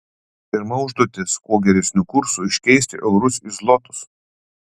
pirma užduotis kuo geresniu kursu iškeisti eurus į zlotus